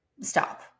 stop